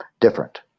different